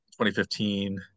2015